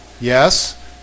Yes